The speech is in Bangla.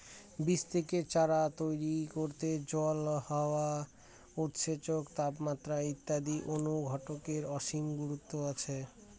বীজ থেকে চারা তৈরি করতে জল, হাওয়া, উৎসেচক, তাপমাত্রা ইত্যাদি অনুঘটকের অসীম গুরুত্ব আছে